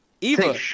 Eva